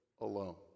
alone